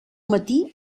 matí